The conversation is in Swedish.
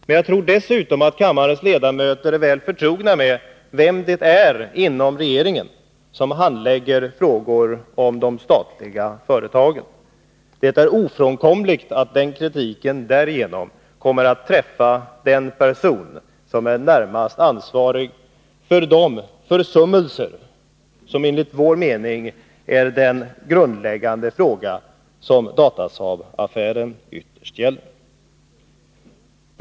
Men jag tror att kammarens ledamöter är väl förtrogna med vem det är inom regeringen som handlägger frågor om de statliga företagen. Det är ofrånkomligt att kritik på detta sätt riktas mot den person som är närmast ansvarig för de försummelser som enligt vår mening är vad Datasaabaffären ytterst handlar om.